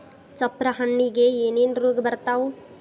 ಚಪ್ರ ಹಣ್ಣಿಗೆ ಏನೇನ್ ರೋಗ ಬರ್ತಾವ?